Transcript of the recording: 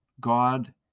God